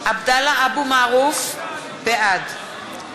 (קוראת בשמות